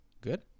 Good